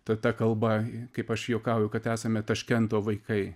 ta ta kalba kaip aš juokauju kad esame taškento vaikai